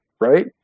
right